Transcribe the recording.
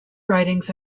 writings